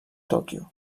tòquio